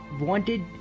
wanted